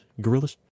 gorillas